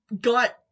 got